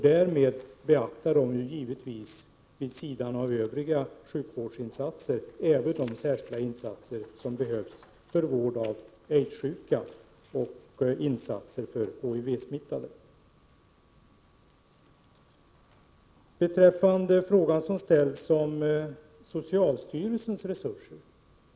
Därvid beaktas givetvis vid sidan av övriga sjukvårdsinsatser även de särskilda insatser som behövs för vård av aidssjuka och insatser för de HIV-smittade. Det ställdes en fråga om socialstyrelsens resurser.